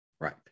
right